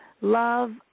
love